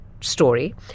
story